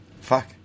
Fuck